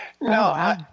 No